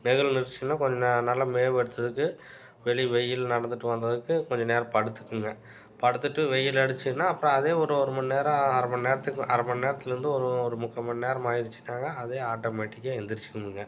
நிழல்ல இருந்துச்சுன்னால் கொஞ்ச ந நல்லா மேவெடுத்ததுக்கு வெளியே வெயில்ல நடந்துட்டு வந்ததுக்கு கொஞ்ச நேரம் படுத்துக்குங்க படுத்துட்டு வெயில் அடிச்சுதுன்னால் அப்புறம் அதே ஒரு ஒரு மணிநேரம் அரமணி நேரத்துக்கு அரமணி நேரத்திலேந்து ஒரு ஒரு முக்காமணி நேரம் ஆயிடுச்சுன்னாங்க அதே ஆட்டோமெட்டிக்காக எந்திரிச்சிடுங்க